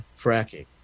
fracking